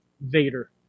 Vader